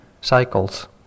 cycles